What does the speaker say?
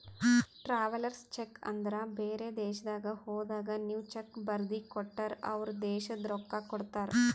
travellers cheque ಅಂದುರ್ ಬೇರೆ ದೇಶದಾಗ್ ಹೋದಾಗ ನೀವ್ ಚೆಕ್ ಬರ್ದಿ ಕೊಟ್ಟರ್ ಅವ್ರ ದೇಶದ್ ರೊಕ್ಕಾ ಕೊಡ್ತಾರ